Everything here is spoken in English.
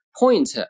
point